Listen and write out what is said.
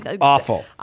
Awful